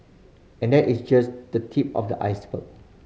and that is just the tip of the iceberg